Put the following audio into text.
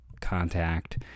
contact